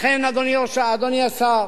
לכן, אדוני השר,